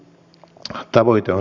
tavoite on selvä